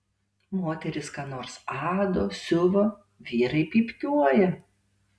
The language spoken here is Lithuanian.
moterys ką nors ado siuva vyrai pypkiuoja